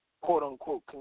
quote-unquote